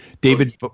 David—